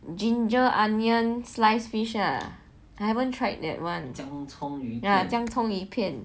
ginger onion sliced fish lah I haven't tried that one